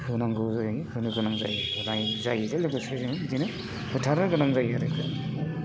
होनांगौ जायो होनो गोनां जायो जायजों लोगोसे जों बिदिनो फोथारनो गोनां जायो आरो ना